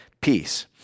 peace